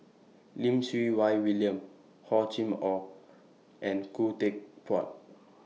Lim Siew Wai William Hor Chim Or and Khoo Teck Puat